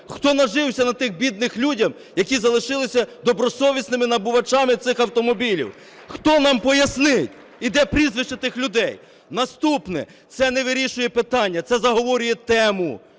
Хто нажився на тих бідних людям, які залишилися добросовісними набувачами цих автомобілів? Хто нам пояснить і де прізвище тих людей? Наступне. Це не вирішує питання, це заговорює тему,